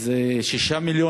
אז 6 מיליון,